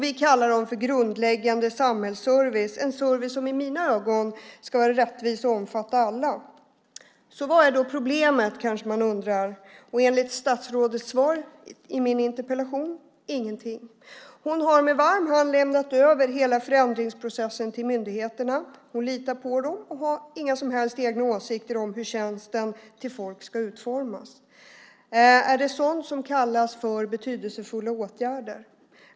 Vi kallar sådana tjänster för grundläggande samhällsservice, en service som i mina ögon ska vara rättvis och omfatta alla. Vad är då problemet? Enligt statsrådets svar på min interpellation - ingenting. Hon har med varm hand lämnat över hela förändringsprocessen till myndigheterna. Hon litar på dem och har inga som helst egna åsikter om hur tjänsten till folk ska utformas. Är det sådant som kallas betydelsefulla åtgärder?